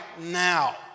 now